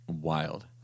Wild